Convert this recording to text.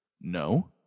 No